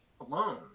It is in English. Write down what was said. alone